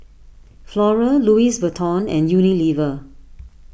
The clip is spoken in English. Flora Louis Vuitton and Unilever